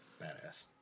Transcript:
Badass